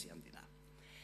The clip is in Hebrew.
נשיא המדינה.